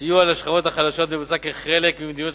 סיוע לשכבות החלשות מבוצע כחלק ממדיניות